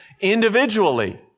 individually